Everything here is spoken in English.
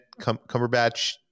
Cumberbatch